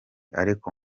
ariko